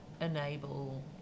enable